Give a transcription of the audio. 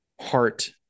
heart